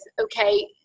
okay